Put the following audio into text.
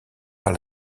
par